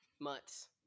Months